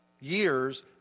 years